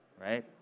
right